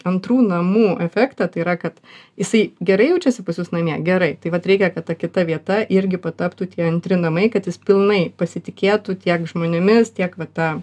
antrų namų efektą tai yra kad jisai gerai jaučiasi pas jus namie gerai tai vat reikia kad ta kita vieta irgi pataptų tie antri namai kad jis pilnai pasitikėtų tiek žmonėmis tiek va ta